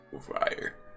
fire